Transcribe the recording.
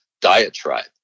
diatribe